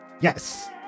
Yes